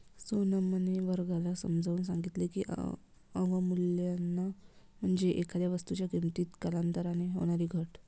सोनमने वर्गाला समजावून सांगितले की, अवमूल्यन म्हणजे एखाद्या वस्तूच्या किमतीत कालांतराने होणारी घट